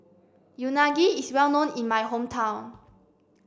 Unagi is well known in my hometown